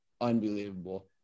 unbelievable